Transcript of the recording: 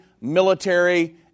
military